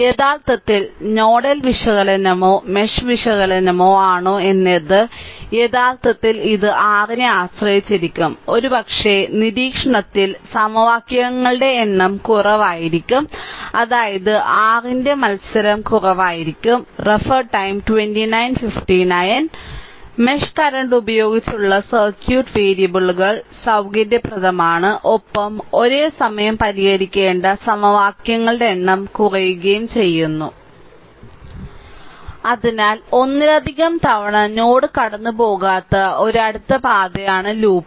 യഥാർത്ഥത്തിൽ നോഡൽ വിശകലനമോ മെഷ് വിശകലനമോ ആണോ എന്നത് യഥാർത്ഥത്തിൽ ഇതു r നെ ആശ്രയിച്ചിരിക്കും ഒരുപക്ഷേ നിരീക്ഷണത്തിൽ സമവാക്യങ്ങളുടെ എണ്ണം കുറവായിരിക്കും അതായത് r ന്റെ മത്സരം കുറവായിരിക്കും മെഷ് കറന്റ് ഉപയോഗിച്ചുള്ള സർക്യൂട്ട് വേരിയബിളുകൾ സൌകര്യപ്രദമാണ് ഒപ്പം ഒരേസമയം പരിഹരിക്കേണ്ട സമവാക്യങ്ങളുടെ എണ്ണം കുറയ്ക്കുകയും ചെയ്യുന്നു അതിനാൽ ഒന്നിലധികം തവണ നോഡ് കടന്നുപോകാത്ത ഒരു അടുത്ത പാതയാണ് ലൂപ്പ്